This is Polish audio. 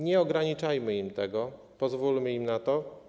Nie ograniczajmy im tego, pozwólmy im na to.